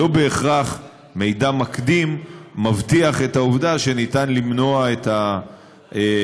לא בהכרח מידע מקדים מבטיח את העובדה שאפשר למנוע את הרצח.